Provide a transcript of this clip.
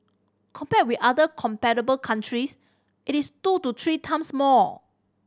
compared with other comparable countries it is two to three times more